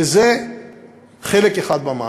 וזה חלק אחד במאמץ.